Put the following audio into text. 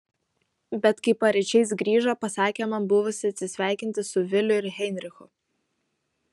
bet kai paryčiais grįžo pasakė man buvusi atsisveikinti su viliu ir heinrichu